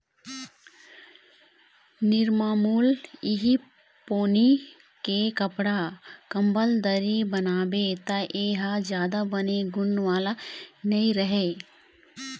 निरमामुल इहीं पोनी के कपड़ा, कंबल, दरी बनाबे त ए ह जादा बने गुन वाला नइ रहय